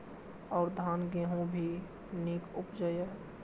और धान गेहूँ भी निक उपजे ईय?